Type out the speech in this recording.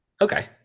okay